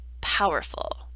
powerful